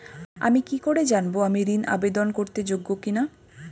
আমি কি করে জানব আমি ঋন আবেদন করতে যোগ্য কি না?